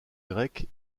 grec